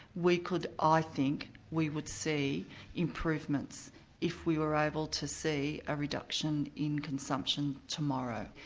we could, i think, we would see improvements if we were able to see a reduction in consumption tomorrow.